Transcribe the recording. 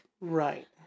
Right